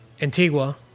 Antigua